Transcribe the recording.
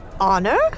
honor